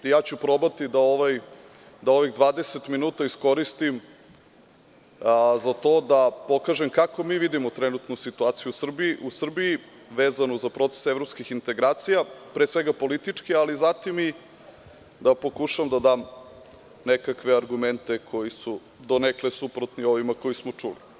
Probaću da ovaj 20 minuta iskoristim za to da pokažem kako mi vidimo trenutnu situaciju u Srbiji vezano za proces evropskih integracija, pre svega, politički ali zatim i da pokušam da dam nekakve argumente koji su donekle suprotni ovima koji smo čuli.